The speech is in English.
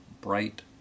bright